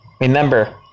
Remember